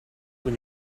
when